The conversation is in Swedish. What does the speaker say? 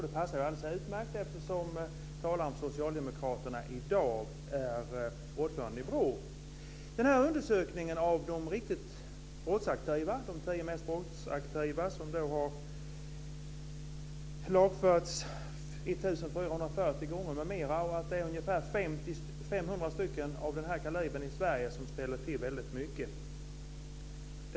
Den passar alldeles utmärkt, eftersom dagens talare från socialdemokraterna är ordförande i BRÅ. Undersökningen av de riktigt brottsaktiva visar att de tio mest brottsaktiva har lagförts 1 440 gånger och att det är ungefär 500 personer av den här kalibern i Sverige som ställer till väldigt mycket.